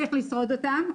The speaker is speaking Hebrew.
צריך לשרוד אותם,